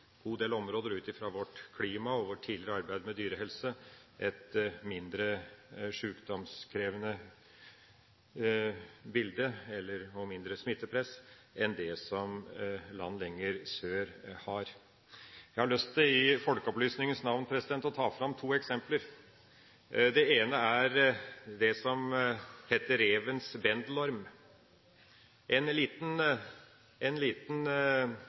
ut ifra vårt klima og vårt tidligere arbeid med dyrehelse et mindre sjukdomskrevende bilde og mindre smittepress enn det som land lenger sør har. Jeg har lyst til, i folkeopplysningens navn, å ta fram to eksempler. Det ene er det som heter revens bendelorm. Det er en bitte liten orm som bl.a. holder til hos bikkjer og katter, som så har en